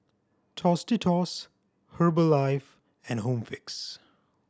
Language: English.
Tostitos Herbalife and Home Fix